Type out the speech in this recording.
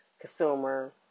consumer